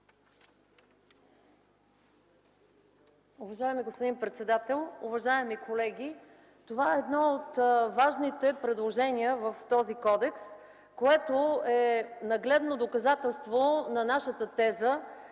Уважаеми господин председател, уважаеми колеги! Това е едно от важните предложения в този кодекс, което е нагледно доказателство на нашата теза,